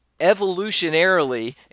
evolutionarily